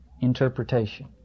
interpretation